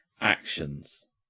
actions